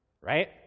Right